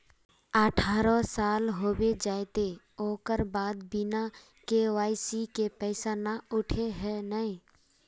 अठारह साल होबे जयते ओकर बाद बिना के.वाई.सी के पैसा न उठे है नय?